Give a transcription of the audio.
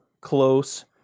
close